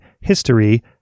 history